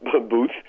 booth